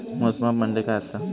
मोजमाप म्हणजे काय असा?